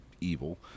evil